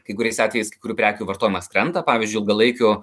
kai kuriais atvejais kai kurių prekių vartojimas krenta pavyzdžiui ilgalaikių